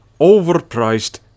overpriced